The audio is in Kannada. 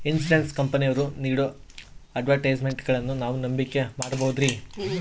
ಇನ್ಸೂರೆನ್ಸ್ ಕಂಪನಿಯವರು ನೇಡೋ ಅಡ್ವರ್ಟೈಸ್ಮೆಂಟ್ಗಳನ್ನು ನಾವು ನಂಬಿಕೆ ಮಾಡಬಹುದ್ರಿ?